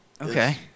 Okay